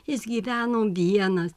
jis gyveno vienas